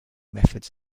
methods